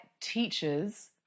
teachers